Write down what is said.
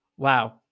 Wow